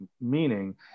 Meaning